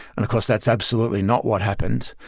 and course that's absolutely not what happened.